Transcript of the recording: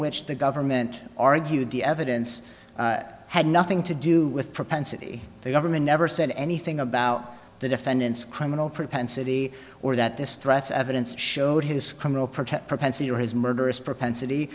which the government argued the evidence had nothing to do with propensity the government never said anything about the defendant's criminal propensity or that this threats evidence showed his criminal protect propensity or his murderous propensity